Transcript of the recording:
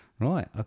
Right